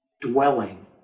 dwelling